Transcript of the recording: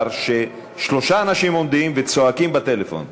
ששלושה אנשים עומדים וצועקים בטלפון.